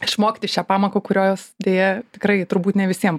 išmokti šią pamoką kurios deja tikrai turbūt ne visiem